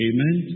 Amen